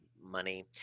money